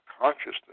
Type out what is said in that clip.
consciousness